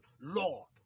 Lord